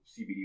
CBD